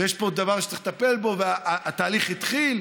יש פה דבר שצריך לטפל בו, והתהליך התחיל.